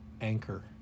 anchor